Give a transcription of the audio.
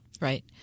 right